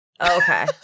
Okay